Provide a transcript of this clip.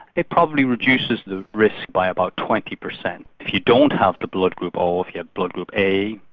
it probably reduces the risk by about twenty percent. if you don't have the blood group o, if you have blood group a,